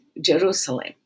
Jerusalem